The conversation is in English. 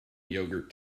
yogurt